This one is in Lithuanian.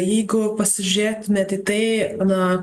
jeigu pasižiūrėtumėt į tai na